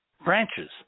branches